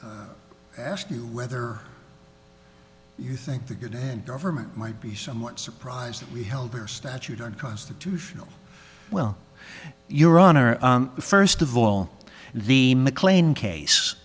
just ask you whether you think the good and government might be somewhat surprised that we held their statute unconstitutional well your honor first of all the mclean case